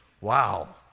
Wow